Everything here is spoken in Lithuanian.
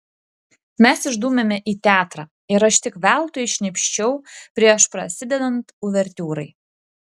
mes išdūmėme į teatrą ir aš tik veltui šnypščiau prieš prasidedant uvertiūrai